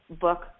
book